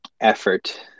effort